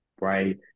right